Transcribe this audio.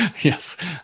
Yes